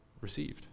received